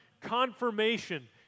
confirmation